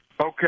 Okay